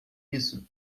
isso